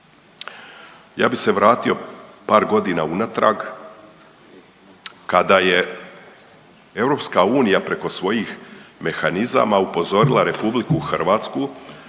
Ja bi se vratio par godina unatrag kada je EU preko svojih mehanizama upozorila RH da